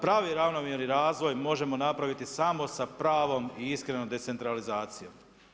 Pravi ravnomjerni razvoj možemo napraviti samo sa pravom i iskrenom decentralizacijom.